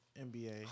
NBA